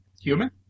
human